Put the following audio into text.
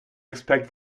expect